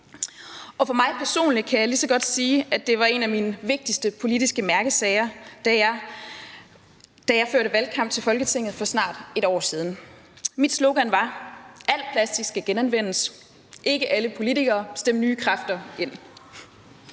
Og for mig personligt kan jeg lige så godt sige, at det var en af mine vigtigste politiske mærkesager, da jeg førte valgkamp til Folketinget for snart 1 år siden. Mit slogan var: Alt plastik skal genanvendes – ikke alle politikere; stem nye kræfter ind.